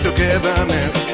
Togetherness